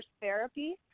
therapy